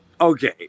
Okay